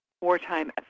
wartime